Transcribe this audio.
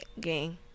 gang